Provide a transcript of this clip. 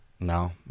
No